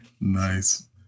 Nice